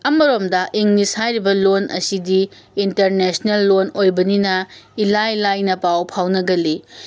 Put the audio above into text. ꯑꯃꯔꯣꯝꯗ ꯏꯪꯂꯤꯁ ꯍꯥꯏꯔꯤꯕ ꯂꯣꯟ ꯑꯁꯤꯗꯤ ꯏꯟꯇꯔꯅꯦꯁꯅꯦꯜ ꯂꯣꯟ ꯑꯣꯏꯕꯅꯤꯅ ꯏꯂꯥꯏ ꯂꯥꯏꯅ ꯄꯥꯎ ꯐꯥꯎꯅꯒꯜꯂꯤ